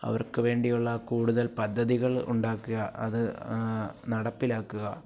അവർക്ക് വേണ്ടിയുള്ള കൂടുതൽ പദ്ധതികൾ ഉണ്ടാക്കുക അത് നടപ്പിലാക്കുക